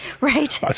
Right